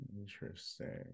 Interesting